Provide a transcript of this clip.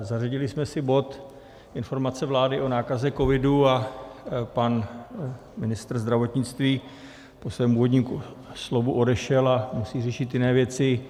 Zařadili jsme si bod Informace vlády o nákaze covidu, a pan ministr zdravotnictví po svém úvodním slovu odešel a musí řešit jiné věci.